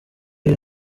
iyo